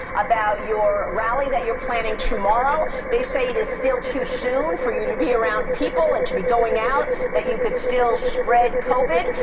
about your rally that you're planning tomorrow. they say it is still too soon for you to be around people and to be going out, that you could still spread covered.